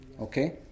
okay